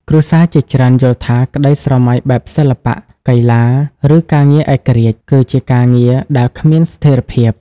គ្រួសារជាច្រើនយល់ថា ក្តីស្រមៃបែបសិល្បៈ កីឡា ឬការងារឯករាជ្យ គឺជាការងារដែលគ្មានស្ថិរភាព។